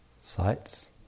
Sights